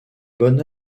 bonne